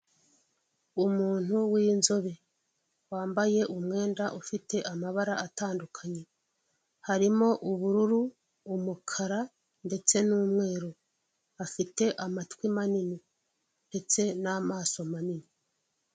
Uyu ni umuhanda wa kaburimbo ugendwamo mu byerekezo byombi, harimo imodoka nini iri kugenda ifite irange ry'umweru.